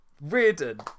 Reardon